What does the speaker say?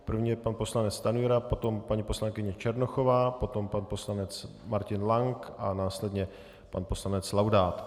První je pan poslanec Stanjura, potom paní poslankyně Černochová, potom pan poslanec Martin Lank a následně pan poslanec Laudát.